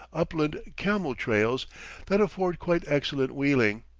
upland camel-trails that afford quite excellent wheeling.